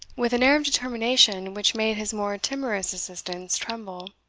with an air of determination which made his more timorous assistants tremble.